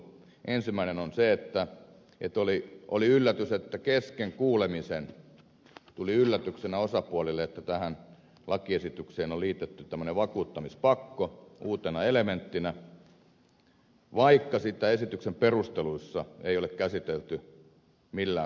ensimmäinen on se että ne tuoli oli se että kesken kuulemisen tuli yllätyksenä osapuolille että tähän lakiesitykseen on liitetty tämmöinen vakuuttamispakko uutena elementtinä vaikka sitä esityksen perusteluissa ei ole käsitelty millään tavoin